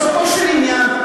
בסופו של עניין,